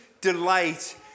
delight